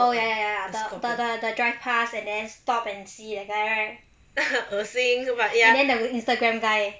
oh ya ya ya the the the drive past and then stop and see that guy right then the instagram guy